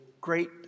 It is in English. great